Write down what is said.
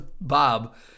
Bob –